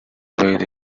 made